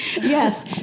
Yes